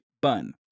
Bun